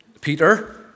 Peter